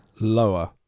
lower